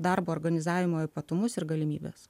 darbo organizavimo ypatumus ir galimybes